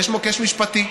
יש מוקש משפטי,